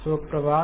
शुभ प्रभात